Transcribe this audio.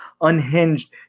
unhinged